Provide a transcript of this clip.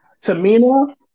Tamina